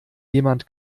jemand